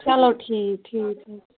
چلو ٹھیٖک ٹھیٖک